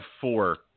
four